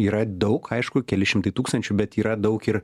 yra daug aišku keli šimtai tūkstančių bet yra daug ir